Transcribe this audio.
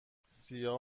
سیاه